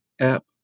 app